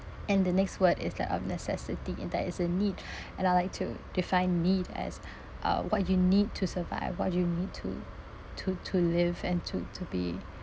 and the next word is like of necessity and that is a need and I'd like to define need as uh what you need to survive what do you need to to to live and to to be